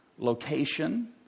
location